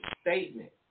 statement